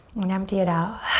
and empty it out.